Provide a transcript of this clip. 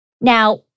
Now